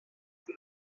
elle